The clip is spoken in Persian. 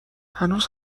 هنوز